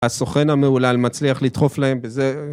הסוכן המהולל מצליח לדחוף להם בזה